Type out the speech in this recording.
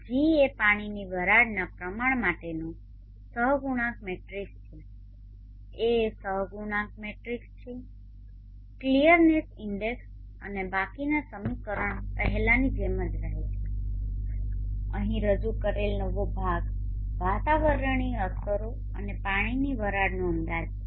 G એ પાણીની વરાળના પ્રમાણ માટેનો સહગુણાંક મેટ્રિક્સ છે A એ સહગુણાંક મેટ્રિક્સ છે ક્લિયરનેસ ઇન્ડેક્સ અને બાકીના સમીકરણ પહેલાની જેમ જ રહે છે અહી રજુ કરેલ નવો ભાગ વાતાવરણીય અસરો અને પાણીની વરાળનો અંદાજ છે